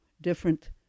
different